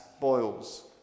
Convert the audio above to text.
boils